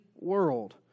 world